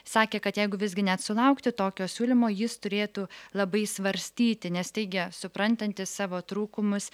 sakė kad jeigu visgi net sulaukti tokio siūlymo jis turėtų labai svarstyti nes teigia suprantantis savo trūkumus